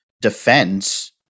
defense